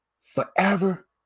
forever